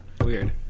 Weird